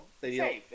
safe